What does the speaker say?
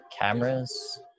cameras